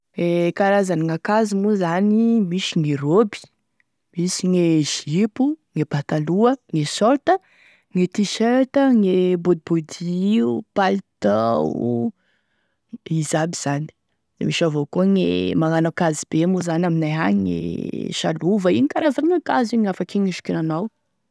E karazane ankazo moa zany: misy e roby, misy e jipo, e pataloha, e shorta, gne tee-shirt, bodibody io, palitao, izy aby zany misy avao koa gne manao ankazo be moa zany aminay agny e salova igny karazan'ankazo, igny afaky hisikinanao.